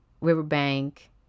riverbank